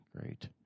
Great